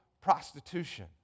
prostitution